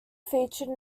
featured